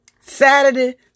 Saturday